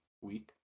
week